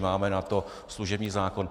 Máme na to služební zákon.